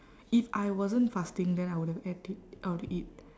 if I wasn't fasting then I would have ate it I'll eat